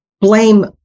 blame